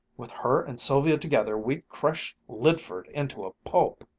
with her and sylvia together, we'd crush lydford into a pulp.